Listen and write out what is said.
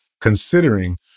considering